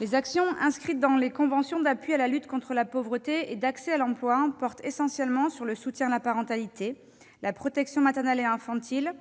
Les actions inscrites dans les conventions d'appui à la lutte contre la pauvreté et d'accès à l'emploi portent essentiellement sur le soutien à la parentalité, la protection maternelle et infantile,